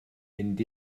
mynd